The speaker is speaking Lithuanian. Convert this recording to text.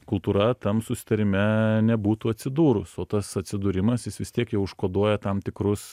kultūra tam susitarime nebūtų atsidūrus o tas atsidūrimas jis vis tiek jau užkoduoja tam tikrus